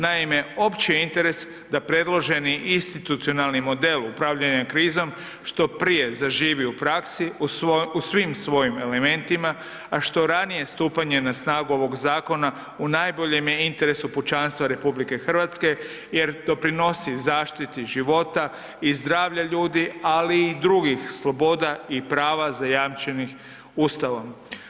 Naime, opći je interes da predloženi institucionalni model upravljanja krizom što prije zaživi u praksi u svim svojim elementima, a što ranije stupanje na snagu ovog zakona u najboljem je interesu pučanstva RH jer doprinosi zaštiti života i zdravlja ljudi, ali i drugih sloboda i prava zajamčenih Ustavom.